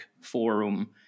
forum